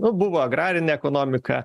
buvo agrarinė ekonomika